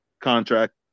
contract